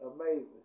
amazing